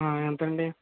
ఎంత అండి